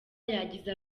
yagize